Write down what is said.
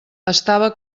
estava